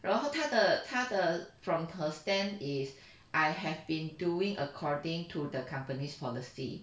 然后他的他的 from her stand is I have been doing according to the company's policy